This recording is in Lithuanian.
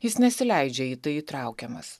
jis nesileidžia į tai įtraukiamas